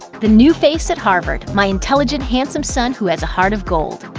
the new face at harvard. my intelligent, handsome son who has a heart of gold.